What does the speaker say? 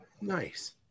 Nice